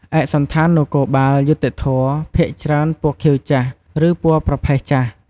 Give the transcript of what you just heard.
ឯកសណ្ឋាននគរបាលយុត្តិធម៌ភាគច្រើនពណ៌ខៀវចាស់ ឬពណ៌ប្រផេះចាស់។